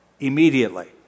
immediately